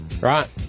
Right